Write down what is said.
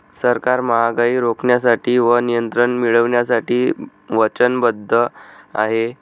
सरकार महागाई रोखण्यासाठी व नियंत्रण मिळवण्यासाठी वचनबद्ध आहे